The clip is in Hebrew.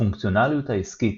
הפונקציונליות העסקית,